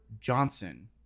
johnson